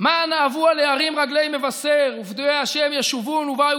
"מה נאוו על ההרים רגלי מבשר"; "ופדויי ה' ישובון ובאו